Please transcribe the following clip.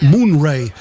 Moonray